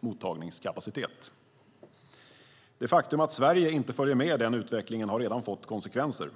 mottagningskapacitet. Det faktum att Sverige inte följer med i den utvecklingen har redan fått konsekvenser.